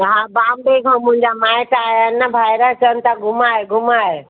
हा बाम्बे खां मुंहिंजा माइट आया आहिनि न ॿाहिरि चवनि था घुमाए घुमाए